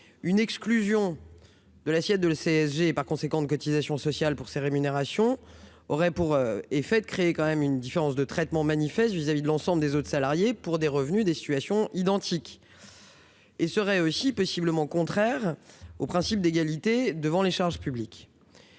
Une exclusion de l'assiette de la CSG et, par conséquent, de cotisations sociales pour ces rémunérations aurait pour effet de créer une différence de traitement manifeste à l'égard des autres salariés, pour des revenus et des situations identiques. Elle serait aussi possiblement contraire au principe d'égalité devant les charges publiques.